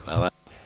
Hvala.